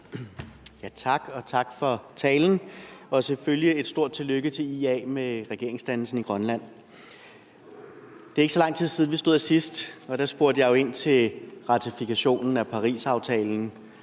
Tak, og tak for talen, og selvfølgelig et stort tillykke til IA med regeringsdannelsen i Grønland. Det er ikke så lang tid siden, vi stod her sidst, og der spurgte jeg ind til ratifikationen af Parisaftalen,